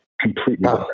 completely